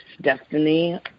destiny